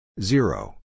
Zero